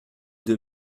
deux